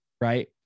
right